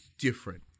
different